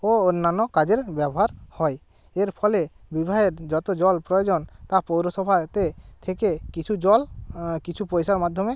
ও অন্যান্য কাজের ব্যবহার হয় এর ফলে বিবাহের যত জল প্রয়োজন তা পৌরসভাতে থেকে কিছু জল কিছু পয়সার মাধ্যমে